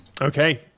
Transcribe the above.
Okay